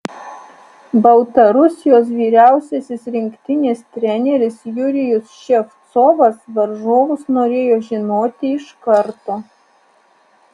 baltarusijos vyriausiasis rinktinės treneris jurijus ševcovas varžovus norėjo žinoti iš karto